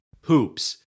Hoops